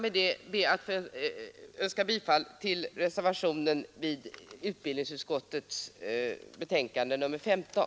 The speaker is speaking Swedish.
Med detta ber jag att få yrka bifall till reservationen vid utbildningsutskottets betänkande nr 15.